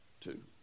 Two